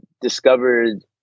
discovered